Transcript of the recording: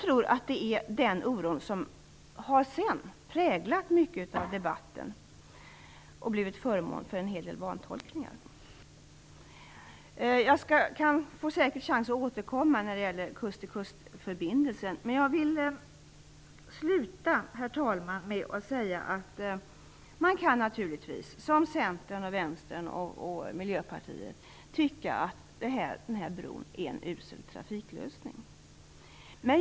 Jag tror att det är den oron som sedan har präglat mycket av debatten och blivit föremål för en hel del vantolkningar. Jag får säkert chans att återkomma när det gäller kust-till-kust-förbindelsen, men jag vill sluta med att säga, herr talman, att man naturligtvis som Centern, Vänstern och Miljöpartiet kan tycka att den här bron är en usel trafiklösning.